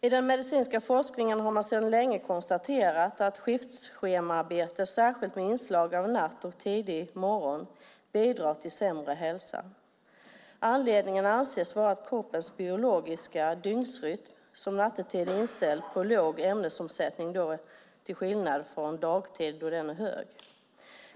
I den medicinska forskningen har man för länge sedan konstaterat att skiftarbete, särskilt med inslag av natt och tidig morgon, bidrar till sämre hälsa. Anledningen anses vara kroppens biologiska dygnsrytm, som nattetid är inställd på låg ämnesomsättning till skillnad från dagtid då denna är hög.